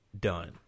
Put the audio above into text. Done